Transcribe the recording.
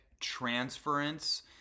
transference